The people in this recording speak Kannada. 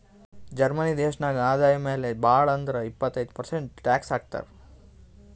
ಜರ್ಮನಿ ದೇಶನಾಗ್ ಆದಾಯ ಮ್ಯಾಲ ಭಾಳ್ ಅಂದುರ್ ಇಪ್ಪತ್ತೈದ್ ಪರ್ಸೆಂಟ್ ಟ್ಯಾಕ್ಸ್ ಹಾಕ್ತರ್